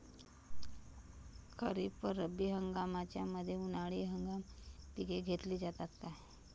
खरीप व रब्बी हंगामाच्या मध्ये उन्हाळी हंगामाची पिके घेतली जातात का?